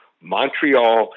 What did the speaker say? Montreal